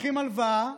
לוקחים הלוואה,